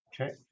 Okay